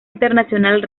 internacional